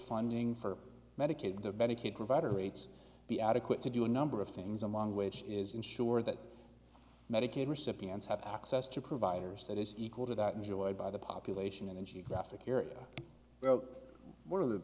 funding for medicaid the medicaid provider rates be adequate to do a number of things among which is ensure that medicaid recipients have access to providers that is equal to that enjoyed by the population in the geographic area